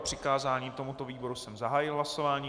O přikázání tomuto výboru jsem zahájil hlasování.